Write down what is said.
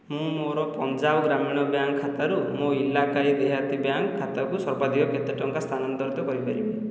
ମୁଁ ମୋର ପଞ୍ଜାବ ଗ୍ରାମୀଣ ବ୍ୟାଙ୍କ ଖାତାରୁ ମୋ ଇଲାକାଈ ଦେହାତୀ ବ୍ୟାଙ୍କ ଖାତାକୁ ସର୍ବାଧିକ କେତେ ଟଙ୍କା ସ୍ଥାନାନ୍ତରିତ କରିପାରିବି